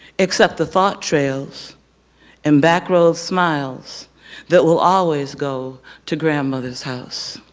except the thought trails and back road smiles that will always go to grandmother's house.